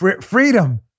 freedom